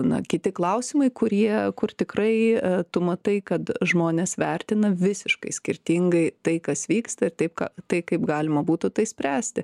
na kiti klausimai kurie kur tikrai tu matai kad žmonės vertina visiškai skirtingai tai kas vyksta ir tai ką tai kaip galima būtų tai spręsti